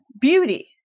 beauty